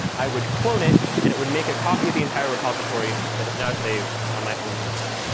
i would clone it, and it would make a copy of the entire repository that is now saved on my own computer.